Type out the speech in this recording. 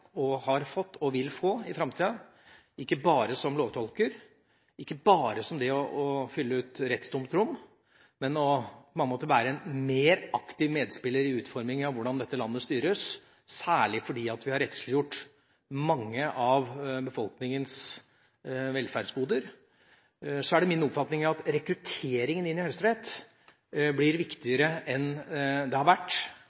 har, har fått og vil få i framtiden, ikke bare som lovtolker, og ikke bare for å fylle ut et rettstomt rom, men for å være en mer aktiv medspiller i utformingen av hvordan dette landet styres, og særlig fordi vi har rettsliggjort mange av befolkningens velferdsgoder, er det min oppfatning at rekrutteringen til Høyesterett blir